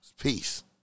peace